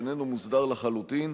שאיננו מוסדר לחלוטין,